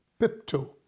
pipto